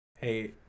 Hey